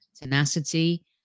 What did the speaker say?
tenacity